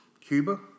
Cuba